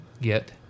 get